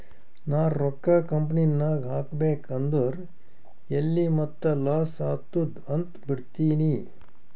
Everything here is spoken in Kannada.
ನಾ ರೊಕ್ಕಾ ಕಂಪನಿನಾಗ್ ಹಾಕಬೇಕ್ ಅಂದುರ್ ಎಲ್ಲಿ ಮತ್ತ್ ಲಾಸ್ ಆತ್ತುದ್ ಅಂತ್ ಬಿಡ್ತೀನಿ